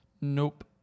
Nope